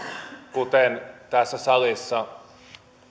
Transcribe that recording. kuten tässä salissa